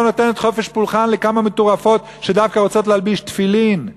לא נותנת חופש פולחן לכמה מטורפות שדווקא רוצות להלביש תפילין?